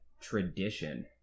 tradition